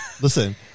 Listen